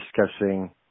discussing